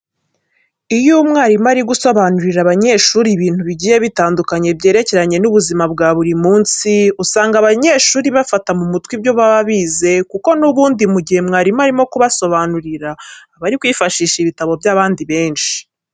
Iyo umwarimu ari gusobanurira abanyeshuri ibintu bigiye bitandukanye byerekeranye n'ubuzima bwa buri munsi, usanga aba banyeshuri bafata mu mutwe ibyo baba bize kuko n'ubundi mu gihe mwarimu arimo arabasobanurira, aba ari kwifashisha ibitabo by'abandi benshi.